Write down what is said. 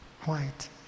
white